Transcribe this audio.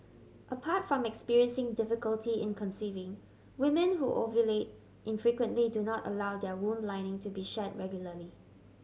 apart from experiencing difficulty in conceiving women who ovulate infrequently do not allow their womb lining to be shed regularly